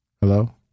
Hello